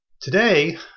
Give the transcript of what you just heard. today